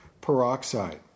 peroxide